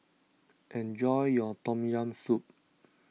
enjoy your Tom Yam Soup